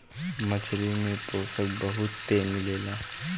मछरी में पोषक बहुते मिलेला